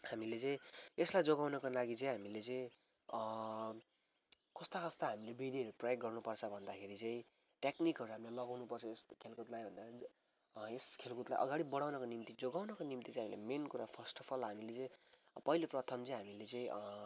हामीले चाहिँ यसलाई जोगाउनको लागि चाहिँ हामीले चाहिँ कस्ता कस्ता हामीले विधिहरू हामीले प्रयोग गर्नुपर्छ भन्दाखेरि चाहिँ टेक्निकहरू हामीले लगाउनुपर्छ यस्तो खेलकुदलाई भन्दाखेरि यस खेलकुदलाई अगाडि बढाउनको निम्ति जोगाउनको निम्ति चाहिँ हामीले मेन कुरा फर्स्ट अफ अल हामीले चाहिँ पहिलो प्रथम चाहिँ हामीले चाहिँ